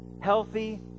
healthy